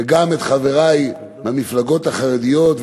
וגם את חברי מהמפלגות החרדיות,